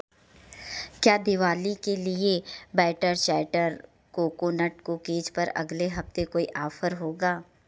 क्या दिवाली के लिए बैटर चैटर कोकोनट कुकीज़ पर अगले हफ़्ते कोई आफ़र होगा